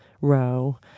row